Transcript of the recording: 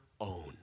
own